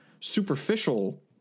superficial